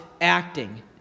acting